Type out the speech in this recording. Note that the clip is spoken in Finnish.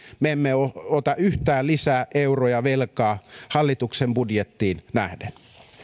me emme ota yhtään lisää euroja velkaa hallituksen budjettiin nähden